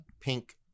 pink